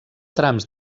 trams